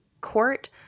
Court